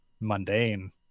mundane